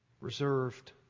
reserved